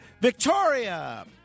Victoria